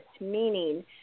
Meaning